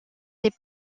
des